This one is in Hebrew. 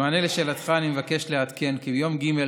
במענה לשאלתך אני מבקש לעדכן כי ביום ג',